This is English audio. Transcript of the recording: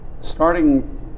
starting